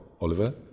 Oliver